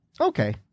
okay